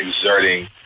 exerting